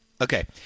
Okay